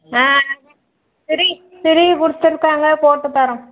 ஆ சரி சரி கொடுத்துருக்காங்க போட்டுத்தரோம்